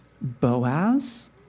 Boaz